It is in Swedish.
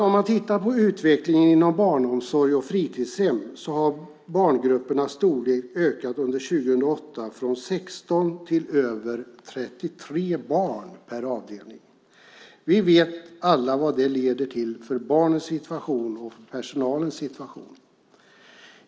Om man tittar på utvecklingen inom barnomsorg och fritidshem ser man att barngruppernas storlek har ökat under 2008 från 16 till över 33 barn per avdelning. Vi vet alla vad det leder till för barnens och personalens situation.